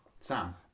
Sam